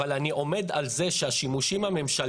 אבל אני עומד על זה שהשימושים הממשלתיים,